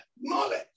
knowledge